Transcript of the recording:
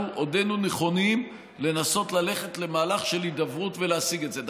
אנחנו עודנו נכונים לנסות ללכת למהלך של הידברות ולהשיג את זה.